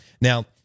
Now